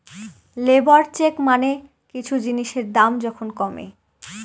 labour চেক মানে কিছু জিনিসের দাম যখন কমে